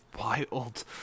wild